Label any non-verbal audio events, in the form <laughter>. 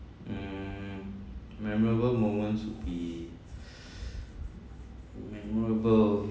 mm memorable moments would be <breath> memorable